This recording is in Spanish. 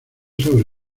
sobre